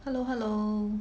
hello hello